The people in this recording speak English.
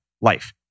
life